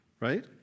right